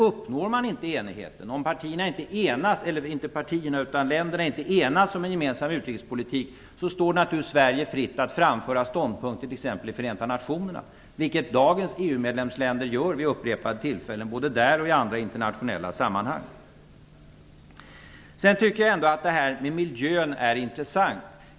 Om enighet inte uppnås, om länderna inte enas om en gemensam utrikespolitik, står det naturligtvis Sverige fritt att framföra ståndpunkter i t.ex. Förenta nationerna. Det gör dagens EU-medlemsländer vid upprepade tillfällen både där och i andra internationella sammanhang. Sedan tycker jag ändå att det här med miljön är intressant.